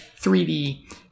3D